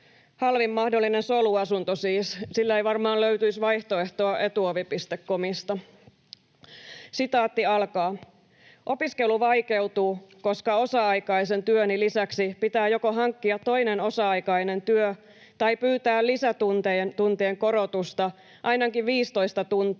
Halvin mahdollinen soluasunto siis. Sille ei varmaan löytyisi vaihtoehtoa Etuovi.comista. ”Opiskelu vaikeutuu, koska osa-aikaisen työni lisäksi pitää joko hankkia toinen osa-aikainen työ tai pyytää lisätuntien korotusta ainakin 15 tuntia,